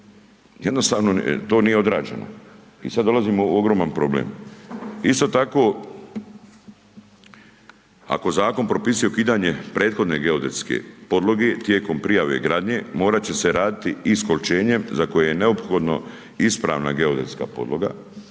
jednostavno, to nije odrađeno. I sada dolazimo ogroman problem. Isto tako, ako zakon propisuje ukidanje prihodne geodetske podloge, tijekom prijave i gradnje, morati će se raditi iskoličenjem, za koje je neophodno ispravna geodetska podloga